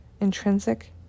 intrinsic